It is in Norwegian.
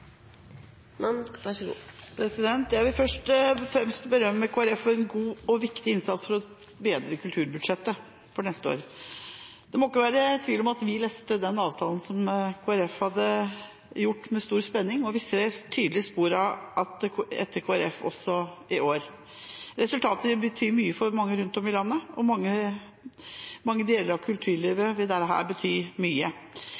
Jeg vil først og fremst berømme Kristelig Folkeparti for en god og viktig innsats for å bedre kulturbudsjettet for neste år. Det må ikke være tvil om at vi leste den avtalen som Kristelig Folkeparti hadde gjort, med stor spenning, og vi ser tydelige spor etter Kristelig Folkeparti også i år. Resultatet vil bety mye for mange rundt om i landet, og for mange deler av kulturlivet vil dette bety mye.